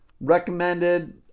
recommended